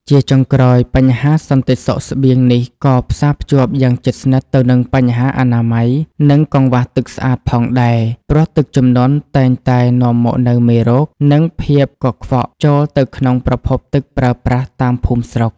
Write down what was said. ជាចុងក្រោយ បញ្ហាសន្តិសុខស្បៀងនេះក៏ផ្សារភ្ជាប់យ៉ាងជិតស្និទ្ធទៅនឹងបញ្ហាអនាម័យ និងកង្វះទឹកស្អាតផងដែរ ព្រោះទឹកជំនន់តែងតែនាំមកនូវមេរោគ និងភាពកខ្វក់ចូលទៅក្នុងប្រភពទឹកប្រើប្រាស់តាមភូមិស្រុក។